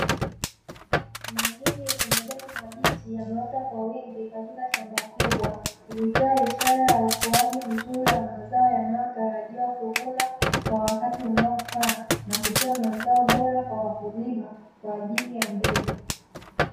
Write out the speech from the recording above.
Mahindi yenye majani mabichi yameota kwa wingi katika shamba kubwa, likitoa ishara ya ukuaji mzuri wa mazao yanayotarajiwa kuvuna kwa wakati unaofaa na kutoa mazao bora kwa wakulima kwa ajili ya mbegu.